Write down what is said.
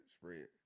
spread